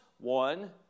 One